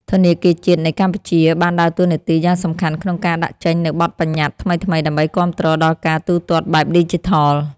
ធនាគារជាតិនៃកម្ពុជាបានដើរតួនាទីយ៉ាងសំខាន់ក្នុងការដាក់ចេញនូវបទបញ្ញត្តិថ្មីៗដើម្បីគាំទ្រដល់ការទូទាត់បែបឌីជីថល។